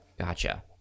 Gotcha